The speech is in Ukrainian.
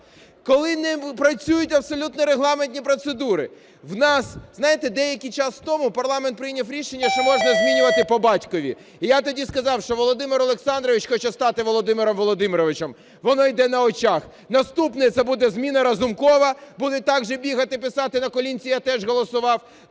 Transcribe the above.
коли не працюють абсолютно регламентні процедури. У нас, знаєте, деякий час тому, парламент прийняв рішення, що можна змінювати по батькові. І я тоді сказав, що Володимир Олександрович хоче стати Володимиром Володимировичем. Воно йде на очах. Наступне. Це буде зміна Разумкова, будуть також бігати і писати на колінці, я теж голосував.